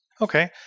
Okay